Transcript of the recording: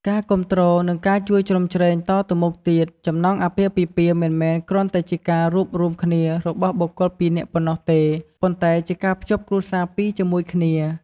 ការគាំទ្រ និងការជួយជ្រោមជ្រែងតទៅមុខទៀត ចំណងអាពាហ៍ពិពាហ៍មិនមែនគ្រាន់តែជាការរួបរួមគ្នារបស់បុគ្គលពីរនាក់ប៉ុណ្ណោះទេ ប៉ុន្តែជាការភ្ជាប់គ្រួសារពីរជាមួយគ្នា។